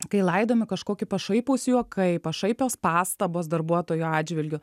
kai laidomi kažkokie pašaipūs juokai pašaipios pastabos darbuotojų atžvilgiu